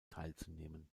teilzunehmen